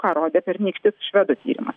ką rodė pernykštis švedų tyrimas